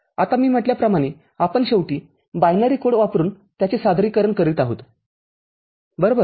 आता मी म्हटल्याप्रमाणे आपण शेवटी बायनरी कोड वापरून त्याचे सादरीकरण करीत आहे बरोबर